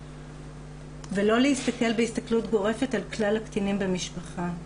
ולא להסתכל בהסתכלות גורפת על כלל הקטינים במשפחה.